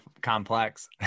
complex